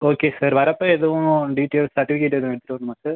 okay sir வரப்போ எதுவும் details certificate எதுவும் எடுத்துகிட்டு வரணுமா சார்